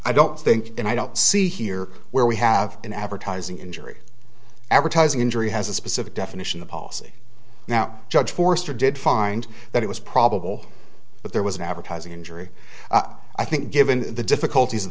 i don't think and i don't see here where we have an advertising injury advertising injury has a specific definition of policy now judge forster did find that it was probable that there was an advertising injury i think given the difficulties